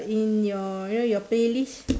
in your you know your playlist